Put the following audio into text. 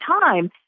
time